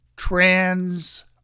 Trans